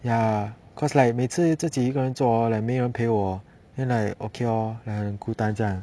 ya cause like 每次自己一个人做了没人陪我 then I okay lor like 孤单这样